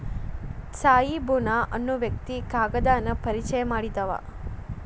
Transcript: ತ್ಸಾಯಿ ಬುನಾ ಅನ್ನು ವ್ಯಕ್ತಿ ಕಾಗದಾನ ಪರಿಚಯಾ ಮಾಡಿದಾವ